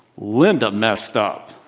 linda, messed up.